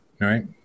right